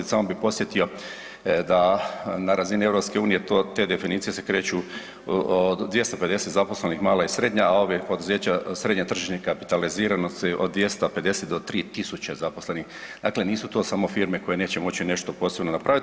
Samo bih podsjetio da na razini EU te definicije se kreću od 250 zaposlenih mala i srednja, o ova poduzeća srednje tržišne kapitaliziranosti od 250 do 3000 zaposlenih, dakle nisu to samo firme koje neće moći nešto posebno napraviti.